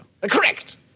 Correct